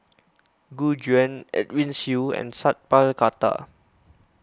Gu Juan Edwin Siew and Sat Pal Khattar